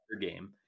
game